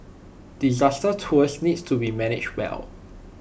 disaster tours need to be managed well